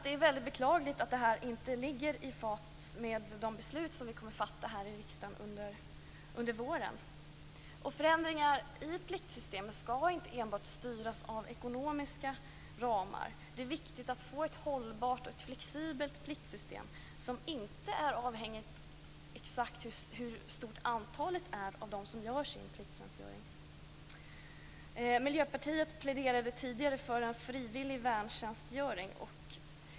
Det är väldigt beklagligt att det här inte ligger i fas med de beslut som vi kommer att fatta här i riksdagen under våren. Förändringar i pliktsystemet skall inte enbart styras av ekonomiska ramar. Det är viktigt att få ett hållbart och flexibelt pliktsystem som inte är avhängigt av hur stort antal det är som gör sin plikttjänstgöring. Miljöpartiet pläderade tidigare för en frivillig värntjänstgöring.